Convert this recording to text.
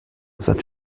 that